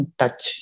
touch